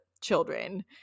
children